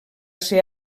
ser